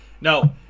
no